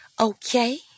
okay